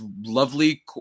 lovely